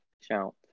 shout